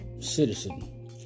citizen